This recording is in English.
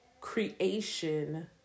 creation-